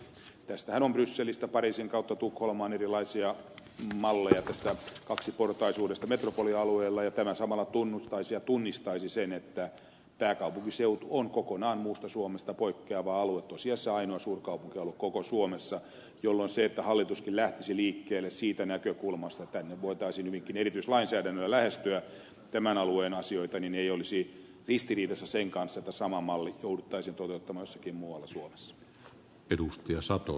tästähän on brysselistä pariisin kautta tukholmaan erilaisia malleja tästä kaksiportaisuudesta metropolialueella ja tämä samalla tunnustaisi ja tunnistaisi sen että pääkaupunkiseutu on kokonaan muusta suomesta poikkeava alue tosiasiassa ainoa suurkaupunkialue koko suomessa jolloin se että hallituskin lähtisi liikkeelle siitä näkökulmasta että täällä voitaisiin hyvinkin erityislainsäädännöllä lähestyä tämän alueen asioita ei olisi ristiriidassa sen kanssa että sama malli jouduttaisiin toteuttamaan jossakin muualla suomessa